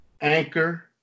Anchor